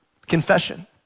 Confession